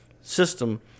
system